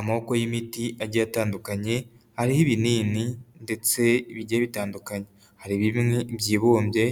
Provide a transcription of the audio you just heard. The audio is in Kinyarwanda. Amoko y'imiti agiye atandukanye hariho ibinini ndetse bigiye bitandukanye, hari bi byibumbye